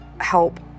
help